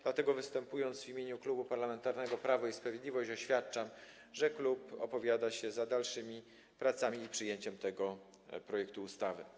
Dlatego występując w imieniu Klubu Parlamentarnego Prawo i Sprawiedliwość, oświadczam, że klub opowiada się za dalszymi pracami i przyjęciem tego projektu ustawy.